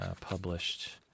published